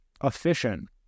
efficient